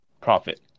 profit